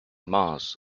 mars